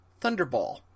Thunderball